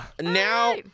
now